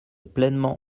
pleinement